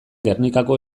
gernikako